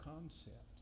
concept